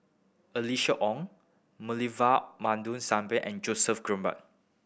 Alice Ong Moulavi Babu Sahib and Joseph Grimberg